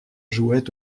jouaient